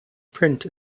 print